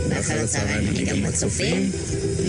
החברתי נפשי שהחברה הישראלית מצויה בו ושאני